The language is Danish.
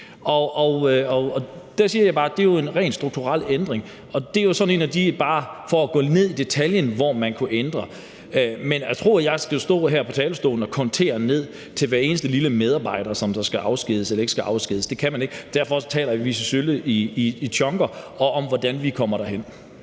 Og der siger jeg bare, at det er en ren strukturel ændring, og at det jo sådan er en af de ting – for at gå ned i detaljen – som man kunne ændre. Men i forhold til at tro, at jeg kan stå her på talerstolen og kontere det ned til hver eneste lille medarbejder, som skal afskediges eller ikke skal afskediges, vil jeg sige, at det kan jeg ikke. Derfor taler vi selvfølgelig i chunks om, hvordan vi kommer derhen.